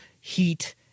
heat